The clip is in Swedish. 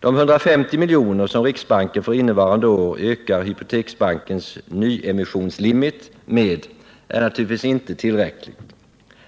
De 150 miljoner som riksbanken för innevarande år ökar Hypoteksbankens nyemissionslimit med är naturligtvis inte tillräckliga